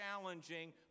challenging